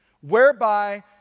whereby